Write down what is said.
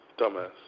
Dumbass